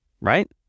right